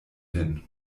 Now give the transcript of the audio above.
hin